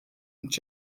und